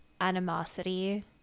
animosity